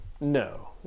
No